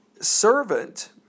Servant